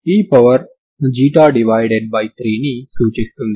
మీరు స్ట్రింగ్ ని ∞ నుండి ∞ వరకు కలిగి ఉన్నారు